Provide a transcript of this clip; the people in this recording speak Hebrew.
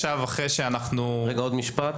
רגע, עוד משפט.